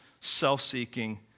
self-seeking